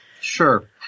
sure